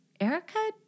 Erica